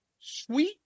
Sweet